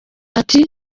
ati